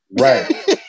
Right